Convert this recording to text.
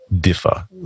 differ